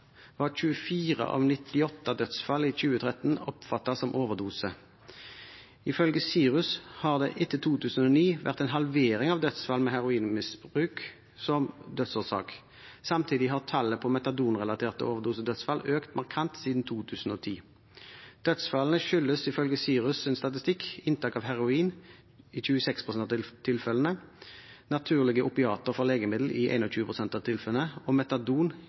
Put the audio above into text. var 24 av 98 dødsfall i 2013 oppfattet som overdose. Ifølge SIRUS har det etter 2009 vært en halvering av antall dødsfall med heroinmisbruk som dødsårsak. Samtidig har tallet på metadonrelaterte overdosedødsfall økt markant siden 2010. Dødsfallene skyldtes, ifølge SIRUS’ statistikk, inntak av heroin i 26 pst. av tilfellene, naturlige opiater fra legemiddel i 21 pst. av tilfellene og metadon